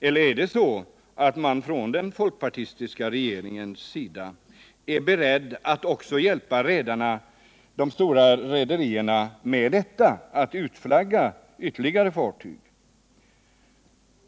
Eller är det så att man från den folkpartistiska regeringens sida är beredd att också hjälpa de stora rederierna med att utflagga ytterligare fartyg?